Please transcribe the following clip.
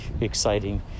exciting